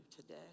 today